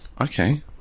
Okay